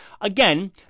again